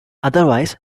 otherwise